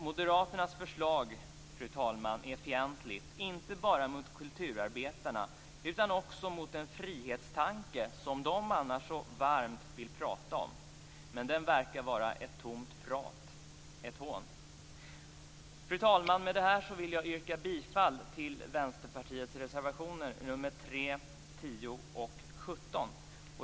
Moderaternas förslag, fru talman, är fientligt inte bara mot kulturarbetarna utan också mot den frihetstanke som de annars vill prata så varmt om. Det verkar vara ett tomt prat - ett hån. Fru talman! Med detta vill jag yrka bifall till Vänsterpartiets reservationer nr 3, 10 och 17.